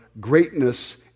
greatness